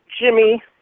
Jimmy